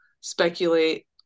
speculate